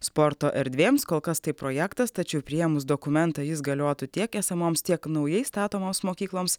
sporto erdvėms kol kas tai projektas tačiau priėmus dokumentą jis galiotų tiek esamoms tiek naujai statomoms mokykloms